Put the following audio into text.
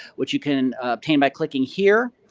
which you can obtain by clicking here.